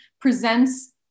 presents